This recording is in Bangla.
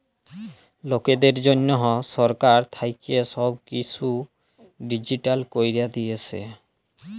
লকদের জনহ সরকার থাক্যে সব কিসু ডিজিটাল ক্যরে দিয়েসে